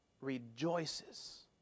rejoices